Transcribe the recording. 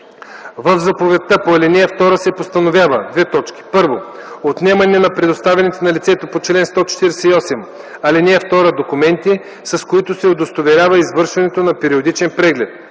В заповедта по ал. 2 се постановява: 1. отнемане на предоставените на лицето по чл. 148, ал. 2 документи, с които се удостоверява извършването на периодичен преглед;